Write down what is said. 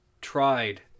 tried